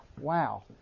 wow